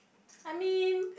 I mean